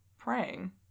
praying